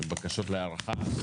בקשות להארכה?